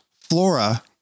flora